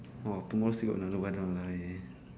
hor tomorrow still got another one !waliao! eh